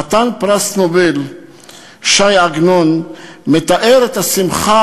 חתן פרס נובל ש"י עגנון מתאר את השמחה